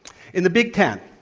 in the big ten,